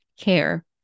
care